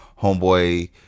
homeboy